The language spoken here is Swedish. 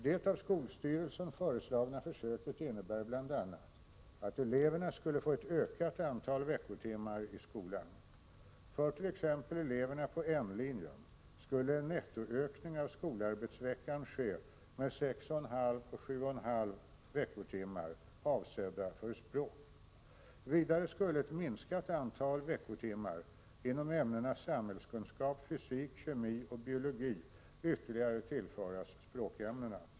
Det av skolstyrelsen föreslagna försöket innebär bl.a. att eleverna skulle få ett ökat antal veckotimmar i skolan. För t.ex. eleverna på N-linjen skulle en nettoökning av skolarbetsveckan ske med 6,5-7,5 veckotimmar avsedda för språk. Vidare skulle ett minskat antal veckotimmar inom ämnena samhällskunskap, fysik, kemi och biologi ytterligare tillföras språkämnena.